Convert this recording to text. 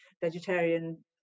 vegetarian